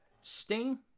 Sting